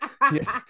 Yes